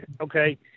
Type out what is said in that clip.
okay